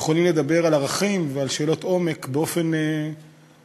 ויכולים לדבר על ערכים ועל שאלות עומק באופן אחר.